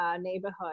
neighborhood